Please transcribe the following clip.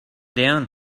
down